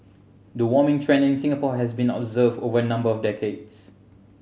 the warming trend in Singapore has been observed over a number of decades